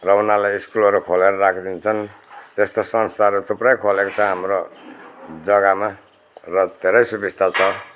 र उनारलाई स्कुलहरू खोलेर राखिदिन्छन् त्यस्तो संस्थाहरू थुप्रै खोलेको छ हाम्रो जग्गामा र धेरै सुविस्ता छ